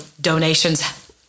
donations